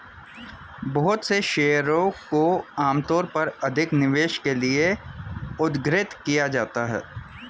बहुत से शेयरों को आमतौर पर अधिक निवेश के लिये उद्धृत किया जाता है